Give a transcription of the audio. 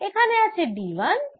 এখানে আছে D1 ও এখানে D2